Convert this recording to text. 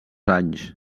anys